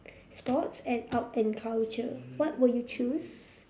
sports and art and culture what would you choose